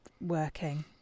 working